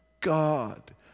God